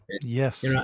Yes